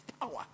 Power